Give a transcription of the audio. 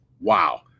Wow